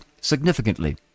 significantly